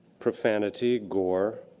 profanity, gore,